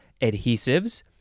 adhesives